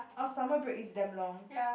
our summer break is damn long